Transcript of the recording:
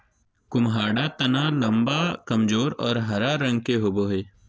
कुम्हाडा तना लम्बा, कमजोर और हरा रंग के होवो हइ